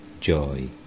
joy